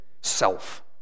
self